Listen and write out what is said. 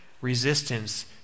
resistance